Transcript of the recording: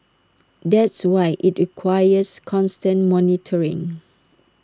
that's why IT requires constant monitoring